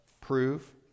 Prove